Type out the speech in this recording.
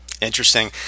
interesting